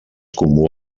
comú